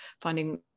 finding